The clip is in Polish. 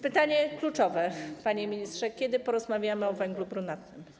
Pytanie kluczowe, panie ministrze: Kiedy porozmawiamy o węglu brunatnym?